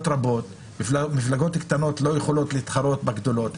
רבות והמפלגות הקטנות לא יכולות להתחרות בגדולות,